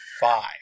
five